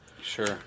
Sure